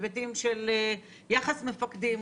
בהיבטים של יחס מפקדים,